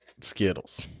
Skittles